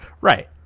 Right